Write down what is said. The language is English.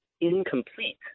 incomplete